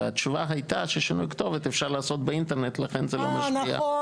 והתשובה הייתה ששינוי כתובת אפשר לעשות באינטרנט לכן זה לא משפיע,